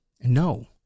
No